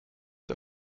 der